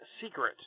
secret